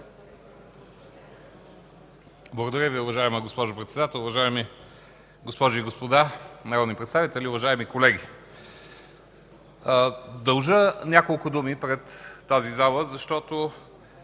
Благодаря Ви. Уважаема госпожо Председател, уважаеми госпожи и господа народни представители, уважаеми колеги! Дължа няколко думи пред тази зала, защото